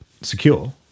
secure